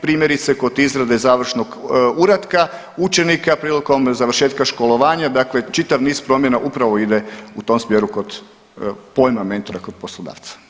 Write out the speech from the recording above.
Primjerice, kod izrade završnog uratka učenika prilikom završetka školovanja, dakle čitav niz promjena upravo ide u tom smjeru kod pojma mentora kod poslodavca.